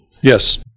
yes